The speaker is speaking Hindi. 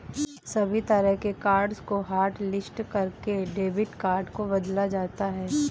सभी तरह के कार्ड्स को हाटलिस्ट करके डेबिट कार्ड को बदला जाता है